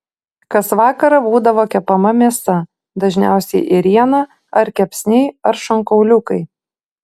kas vakarą būdavo kepama mėsa dažniausiai ėriena ar kepsniai ar šonkauliukai